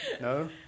No